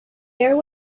there